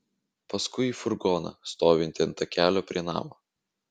paskui į furgoną stovintį ant takelio prie namo